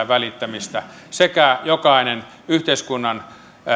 välittämistä sekä jokainen yhteiskunnan